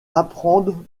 apprendre